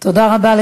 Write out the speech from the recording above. תודה רבה.